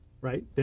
right